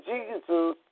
Jesus